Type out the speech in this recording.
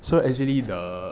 so actually the